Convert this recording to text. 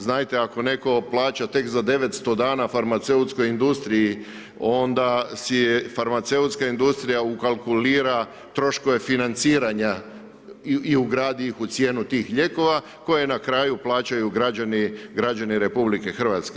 Znajte ako netko plaća tek za 900 dana farmaceutskoj industriji onda si farmaceutska industrija ukalkulira troškove financiranja i ugradi ih u cijenu tih lijekova koje na kraju plaćaju građani RH.